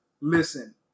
listen